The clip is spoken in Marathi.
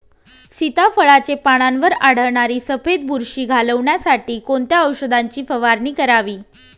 सीताफळाचे पानांवर आढळणारी सफेद बुरशी घालवण्यासाठी कोणत्या औषधांची फवारणी करावी?